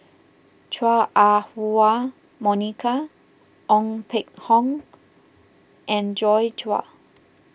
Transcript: Chua Ah Huwa Monica Ong Peng Hock and Joi Chua